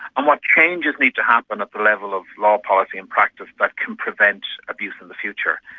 and what changes need to happen at the level of law, policy and practice that can prevent abuse in the future.